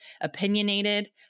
opinionated